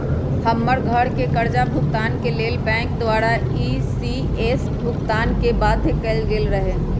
हमर घरके करजा भूगतान के लेल बैंक द्वारा इ.सी.एस भुगतान के बाध्य कएल गेल रहै